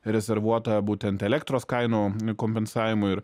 rezervuota būtent elektros kainų kompensavimui ir